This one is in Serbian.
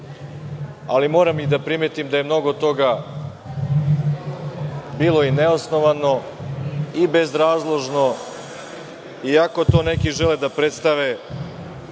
ali moram da primetim da je mnogo toga bilo neosnovano, bezrazložno, iako to neki žele da predstave